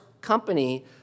company